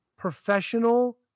Professional